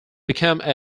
become